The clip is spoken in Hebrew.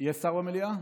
יש שר במליאה?